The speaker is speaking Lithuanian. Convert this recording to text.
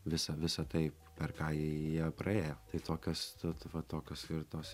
visa visa tai per ką jie praėjo tai tokios tu tu va tokios ir tos